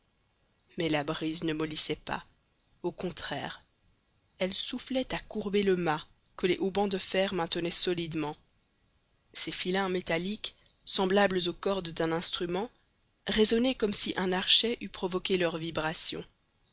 mais la brise ne mollissait pas au contraire elle soufflait à courber le mât que les haubans de fer maintenaient solidement ces filins métalliques semblables aux cordes d'un instrument résonnaient comme si un archet eût provoqué leurs vibrations